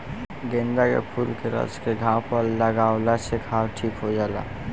गेंदा के फूल के रस के घाव पर लागावला से घाव ठीक हो जाला